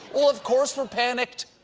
well, of course we're panicked!